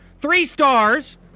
three-stars